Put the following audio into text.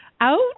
out